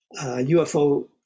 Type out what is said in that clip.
UFO